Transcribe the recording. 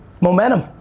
Momentum